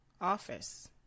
office